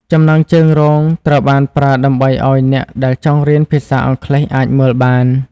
ចំណងជើងរងត្រូវបានប្រើដើម្បីឱ្យអ្នកដែលចង់រៀនភាសាអង់គ្លេសអាចមើលបាន។